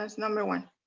um number one.